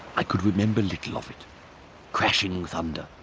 i could remember little of it crashing thunder,